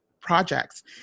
projects